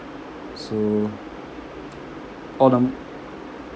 so hold on